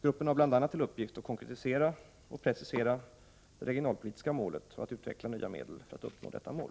Gruppen har bl.a. till uppgift att konkretisera och precisera det regionalpolitiska målet och att utveckla nya medel för att uppnå detta mål.